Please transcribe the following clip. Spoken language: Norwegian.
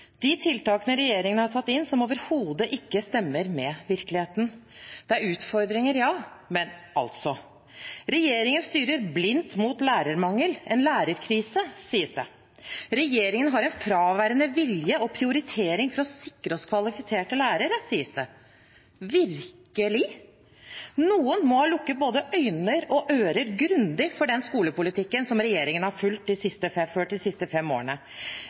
de tiltakene som regjeringen har satt inn, som overhodet ikke stemmer med virkeligheten. Det er utfordringer, ja, men: Regjeringen styrer blindt mot lærermangel, en lærerkrise, sies det. Regjeringen har en fraværende vilje til prioritering for å sikre oss kvalifiserte lærere, sies det. Virkelig? Noen må ha lukket både øyne og ører grundig for den skolepolitikken som regjeringen har ført de siste fem årene.